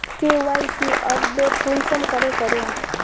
KYC update कुंसम करे करूम?